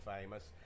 famous